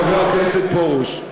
חבר הכנסת פרוש.